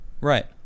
right